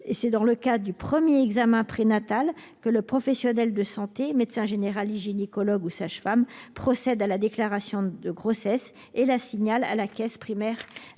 C'est dans le cadre du premier examen prénatal que le professionnel de santé- médecin généraliste, gynécologue ou sage-femme -procède à la déclaration de grossesse et la signale à la caisse primaire